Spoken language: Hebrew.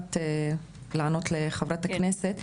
במשפט לענות לחברת הכנסת.